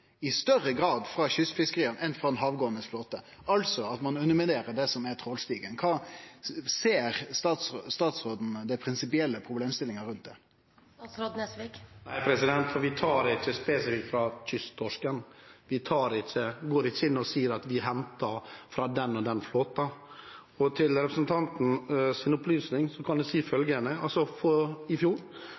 i større grad enn frå havgåande flåte, altså at ein underminerer det som er trålstigen. Ser statsråden den prinsipielle problemstillinga rundt dette? Nei, for vi tar ikke spesifikt fra kysttorsken. Vi går ikke inn og sier at vi henter fra den og den flåten. Til opplysning for representanten Knag Fylkesnes kan jeg si følgende: I fjor